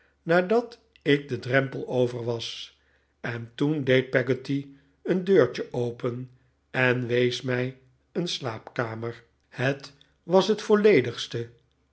nadat ik den drempel over was en toen deed peggotty een deurtje open en wees mij mijn slaapkamer het was het volledigste